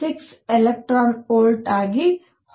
6 electron volt ಆಗಿ ಹೊರಬರುತ್ತದೆ